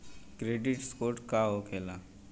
Credit score का होखेला?